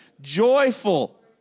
joyful